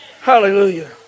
Hallelujah